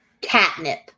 Catnip